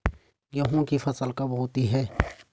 गेहूँ की फसल कब होती है?